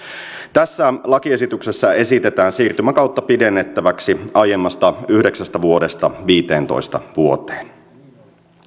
tässä lakiesityksessä esitetään siirtymäkautta pidennettäväksi aiemmasta yhdeksästä vuodesta viisitoista vuoteen